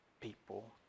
people